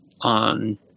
on